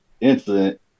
incident